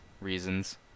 reasons